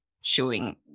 showing